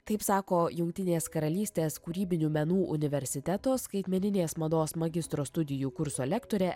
taip sako jungtinės karalystės kūrybinių menų universiteto skaitmeninės mados magistro studijų kurso lektorė